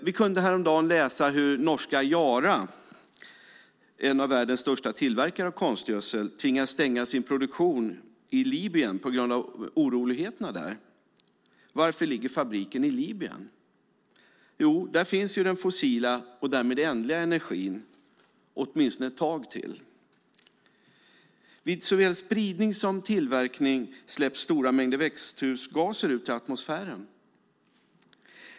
Vi kunde häromdagen läsa hur norska Yara, en av världens största tillverkare av konstgödsel, tvingades stänga sin produktion i Libyen på grund av oroligheterna där. Varför ligger fabriken i Libyen? Jo, där finns den fossila och därmed ändliga energin åtminstone ett tag till. Vid såväl spridning som tillverkning släpps stora mängder växthusgaser ut i atmosfären.